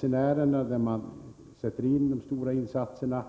Självfallet gör man de stora insatserna